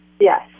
Yes